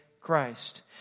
Christ